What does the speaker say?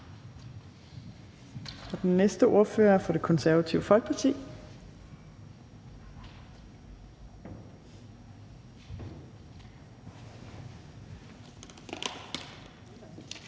Den næste ordfører er fra Det Konservative Folkeparti.